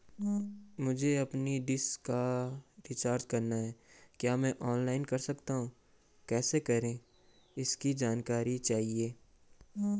मुझे अपनी डिश का रिचार्ज करना है क्या मैं ऑनलाइन कर सकता हूँ कैसे करें इसकी जानकारी चाहिए?